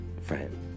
friend